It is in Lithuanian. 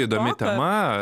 įdomi tema